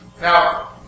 Now